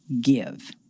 give